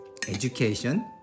education